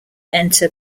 enter